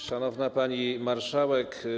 Szanowna Pani Marszałek!